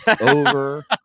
over